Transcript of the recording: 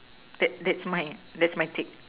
that that that's my take